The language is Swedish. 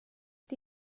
det